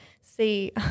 see